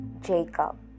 Jacob